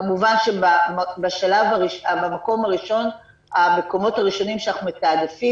כמובן שהמקומות הראשונים שאנחנו מתעדפים